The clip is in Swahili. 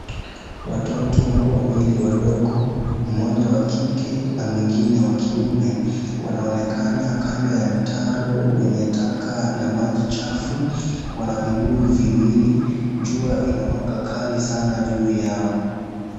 Watoto wawili wadogo, mmoja wa kike na mwingine wa kiume wanaonekana kando ya mtaro wenye taka na maji chafu wana vibuyu viwili jua inawaka kali sana juu yao.